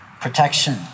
Protection